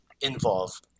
involve